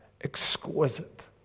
exquisite